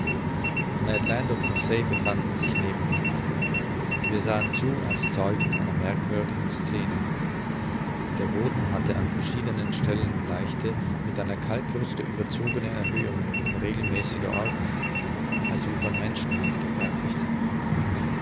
ned land und conseil befanden sich neben mir wir sahen zu als zeugen einer merkwürdigen scene der boden hatte an verschiedenen stellen leichte mit einer kalkkruste überzogene erhöhungen in regelmäßiger ordnung als wie von menschenhand gefertigt